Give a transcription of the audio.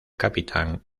capitán